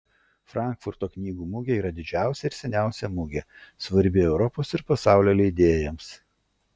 frankfurto knygų mugė yra didžiausia ir seniausia mugė svarbi europos ir pasaulio leidėjams